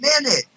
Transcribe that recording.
minute